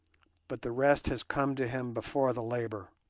but the rest has come to him before the labour.